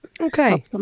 Okay